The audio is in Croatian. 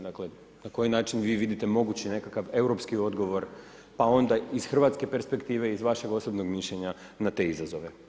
Dakle, na koji način vi vidite mogući nekakvi europski odgovor pa onda iz hrvatske perspektive iz vašeg osobnog mišljenja na te izazove?